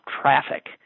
traffic